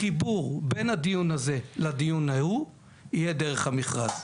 החיבור בין הדיון הזה לדיון ההוא, יהיה דרך המכרז.